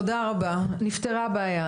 תודה רבה, נפתרה הבעיה.